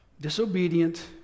disobedient